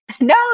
no